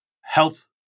health